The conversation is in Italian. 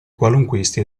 qualunquisti